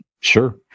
Sure